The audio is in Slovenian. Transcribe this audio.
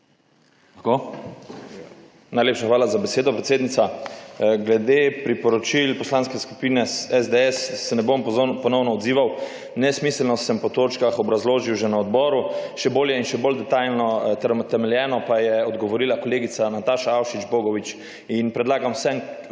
hvala za besedo, predsednica. Glede priporočil Poslanske skupine SDS, se ne bomo ponovno odzival. Nesmiselno sem po točkah obrazložil že na odboru, še bolje in še bolj detajlno ter utemeljeno, pa je odgovorila kolegica Nataša Avšič Bogovič. In predlagam vsem,